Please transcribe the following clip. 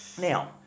Now